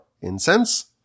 incense